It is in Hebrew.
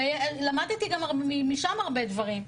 ולמדתי גם משם הרבה דברים.